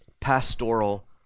pastoral